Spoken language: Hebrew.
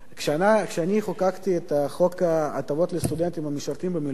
כשאני חוקקתי את חוק ההטבות לסטודנטים המשרתים במילואים,